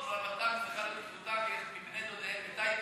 יחד עם בני-דודינו מטייבה.